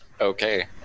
Okay